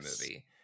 movie